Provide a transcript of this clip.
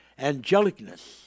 angelicness